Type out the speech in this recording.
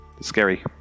scary